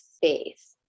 faith